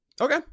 Okay